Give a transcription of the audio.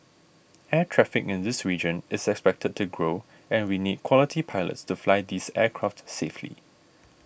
air traffic in this region is expected to grow and we need quality pilots to fly these aircraft safely